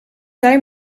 jij